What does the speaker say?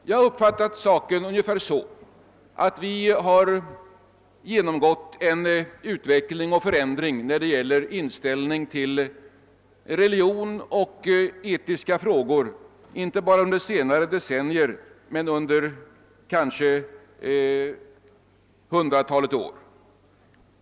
Jag har uppfattat situationen ungefär så att inställningen till religion och etiska frågor genomgått en förändring inte bara under senare decennier utan under kanske hundratalet år.